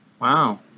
Wow